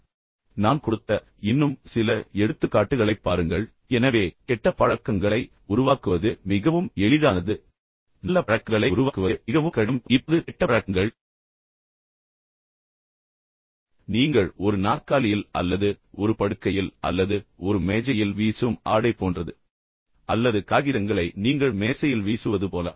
இப்போது நான் கொடுத்த இன்னும் சில எடுத்துக்காட்டுகளைப் பாருங்கள் எனவே கெட்ட பழக்கங்களை உருவாக்குவது மிகவும் எளிதானது நல்ல பழக்கங்களை உருவாக்குவது மிகவும் கடினம் இப்போது கெட்ட பழக்கங்கள் நீங்கள் ஒரு நாற்காலியில் அல்லது ஒரு படுக்கையில் அல்லது ஒரு மேஜையில் வீசும் ஆடை போன்றது அல்லது காகிதங்களை நீங்கள் மேசையில் வீசுவது போல